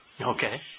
Okay